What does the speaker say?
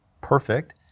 perfect